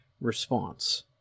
response